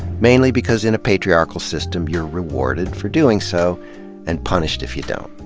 mainly because in a patriarchal system you're rewarded for doing so and punished if you don't.